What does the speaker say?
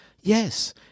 yes